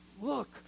look